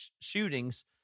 shootings